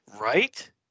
Right